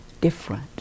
different